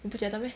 你不觉得 meh